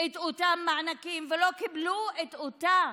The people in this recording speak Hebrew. את אותם מענקים ולא קיבלו את אותה